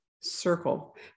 circle